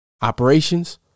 Operations